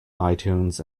itunes